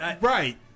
Right